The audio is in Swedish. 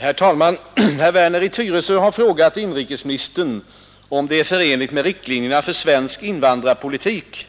Herr talman! Herr Werner i Tyresö har frågat inrikesministern om det är förenligt med riktlinjerna för svensk invandrarpolitik,